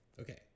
Okay